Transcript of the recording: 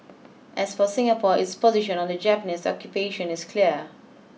as for Singapore its position on the Japanese occupation is clear